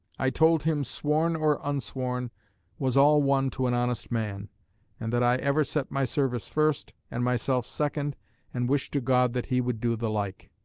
i told him, sworn or unsworn was all one to an honest man and that i ever set my service first, and myself second and wished to god that he would do the like.